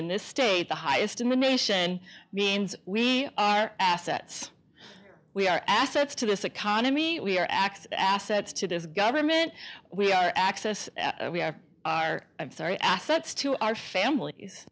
in this state the highest in the nation means we are assets we are assets to this economy we are x assets to this government we are access we have our i'm sorry assets to our families